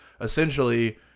essentially